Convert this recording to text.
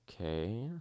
okay